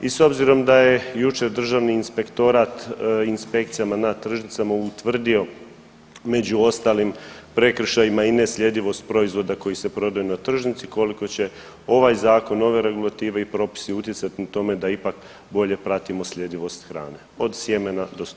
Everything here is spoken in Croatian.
I s obzorom da je jučer Državni inspektorat inspekcijama na tržnicama utvrdio među ostalim prekršajima i ne sljedivost proizvoda koji se prodaju na tržnici koliko će ovaj zakon, ove regulative i propisi utjecat na to da ipak bolje pratimo sljedivost hrane od sjemena do stola.